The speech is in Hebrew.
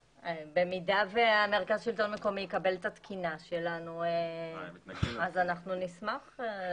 במידה שמרכז השלטון המקומי יקבל את התקינה שלנו אז אנחנו נשמח.